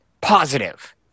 positive